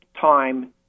time